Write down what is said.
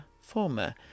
former